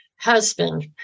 husband